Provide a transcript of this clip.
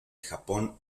japón